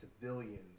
civilians